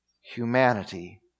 Humanity